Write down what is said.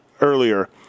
earlier